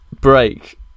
break